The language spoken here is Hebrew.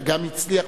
וגם הצליח,